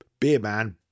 Beerman